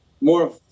more